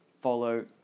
Follow